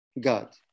god